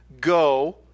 Go